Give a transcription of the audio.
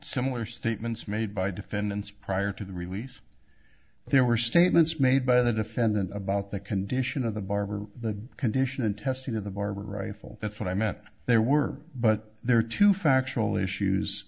similar statements made by defendants prior to the release there were statements made by the defendant about the condition of the barber the condition and testing of the barber rifle that's what i met there were but there are two factual issues